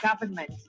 government